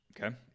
Okay